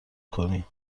کنی